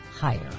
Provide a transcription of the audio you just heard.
higher